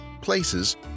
places